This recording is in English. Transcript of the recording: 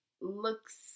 looks